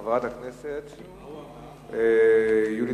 הצעות לסדר-היום שמספריהן 2633,